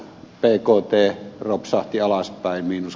peikot tee ropsahti alaspäinminus